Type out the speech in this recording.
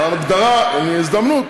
הזדמנות,